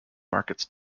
markets